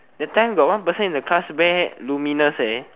that time got one person in the class wear luminous eh